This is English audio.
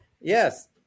Yes